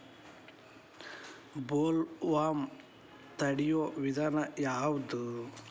Bollworm ತಡಿಯು ವಿಧಾನ ಯಾವ್ದು?